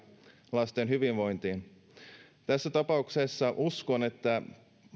lasten hyvinvointiin tässä tapauksessa uskon että